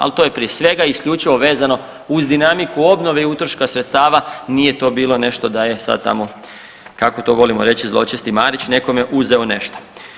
Al to je prije svega isključivo vezano uz dinamiku obnove i utroška sredstava, nije to bilo nešto da je sad tamo kako to volimo reći zločesti Marić nekome uzeo nešto.